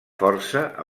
força